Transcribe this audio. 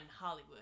Hollywood